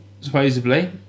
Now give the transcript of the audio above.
supposedly